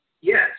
Yes